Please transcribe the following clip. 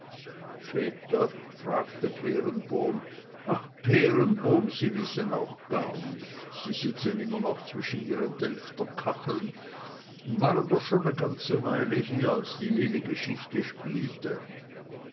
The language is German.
ach peerenboom sie wissen auch gar nichts sie sitzen immer noch zwischen ihren delfter kacheln und waren doch schon ne ganze weile hier als die lilli geschichte spielte